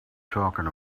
talking